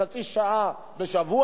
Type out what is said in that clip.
רק 16,000 בתי-אב בלבד.